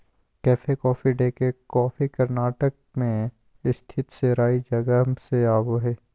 cafe coffee day के coffee Karnataka मे स्थित सेराई जगह से आवो हय